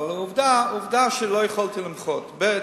אבל עובדה, עובדה שלא יכולתי למחות, ב.